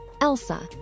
ELSA